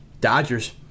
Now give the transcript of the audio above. Dodgers